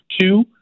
Two